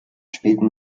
späten